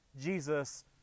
Jesus